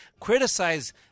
Criticize